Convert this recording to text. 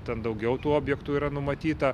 ten daugiau tų objektų yra numatyta